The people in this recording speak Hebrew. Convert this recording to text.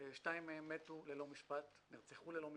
שתיים מהן נרצחו ללא משפט,